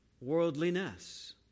worldliness